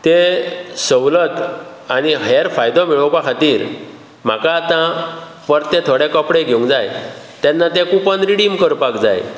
तें सवलत आनी हेर फायदो मेळोवपा खातीर म्हाका आतां परते थोडे कपडे घेवूंक जाय तेन्ना तें कूपन रिडीम करपाक जाय